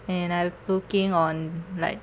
and I'm looking on like